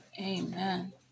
Amen